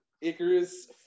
Icarus